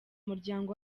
muryango